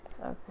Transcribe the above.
Okay